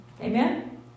Amen